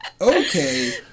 Okay